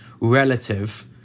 relative